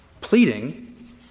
pleading